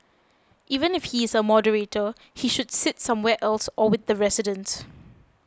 even if he is a moderator he should sit somewhere else or with the residents